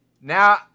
Now